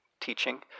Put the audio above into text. teaching